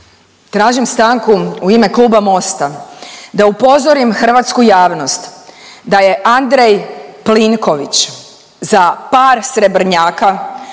Tražim stanku u ime Kluba MOST-a da upozorim hrvatsku javnost da je Andrej Plinković za par srebrnjaka